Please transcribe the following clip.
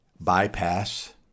bypass